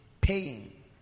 paying